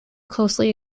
closely